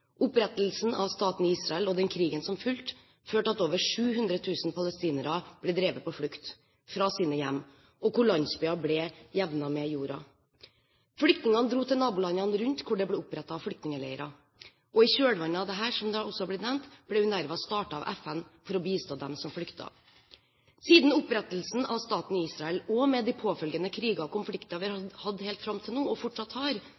Opprettelsen av staten Israel og den krigen som fulgte, førte til at over 700 000 palestinere ble drevet på flukt fra sine hjem, og landsbyer ble jevnet med jorda. Flyktningene dro til nabolandene rundt, hvor det ble opprettet flyktningleirer. I kjølvannet av dette, som også har blitt nevnt, ble UNRWA startet av FN for å bistå dem som flyktet. Siden opprettelsen av staten Israel og med de påfølgende kriger og konflikter vi har hatt helt fram til nå – og fortsatt har